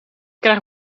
krijg